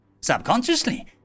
Subconsciously